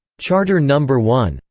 charter number one.